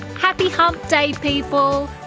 happy hump day people!